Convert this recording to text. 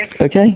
Okay